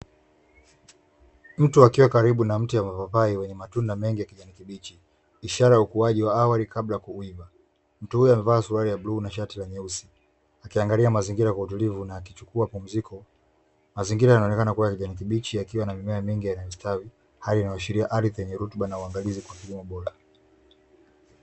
Mtu akiwa karibu na mti wa mapapai wenye matunda mengi ya kijani kibichi ishara ya ukuaji wa awali kabla ya kulima. Mtu huyo amevaa suruali ya bluu na shati la nyeusi. Akiangalia mazingira kwa utulivu na akichukua pumziko. Mazingira yanaonekana kuwa ya kijani kibichi yakiwa na mimea mingi inayostawi, hali inayoashiria ardhi yenye rutuba na uangalizi .